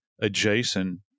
adjacent